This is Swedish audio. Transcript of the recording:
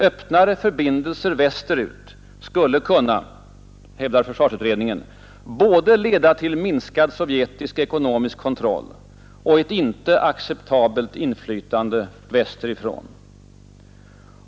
Öppnare förbindelser västerut skulle kunna, hävdar försvarsutredningen, leda till både minskad sovjetisk ekonomisk kontroll och ett inte acceptabelt inflytande västerifrån.